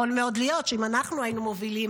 יכול מאוד להיות שאם אנחנו היינו מובילים,